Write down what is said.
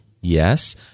Yes